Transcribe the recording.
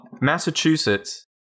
Massachusetts